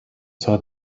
saw